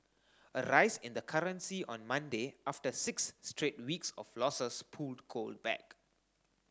a rise in the currency on Monday after six straight weeks of losses pulled gold back